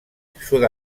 sud